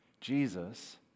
Jesus